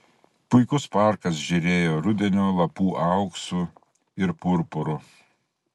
puikus parkas žėrėjo rudenio lapų auksu ir purpuru